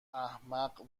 احمق